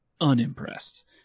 unimpressed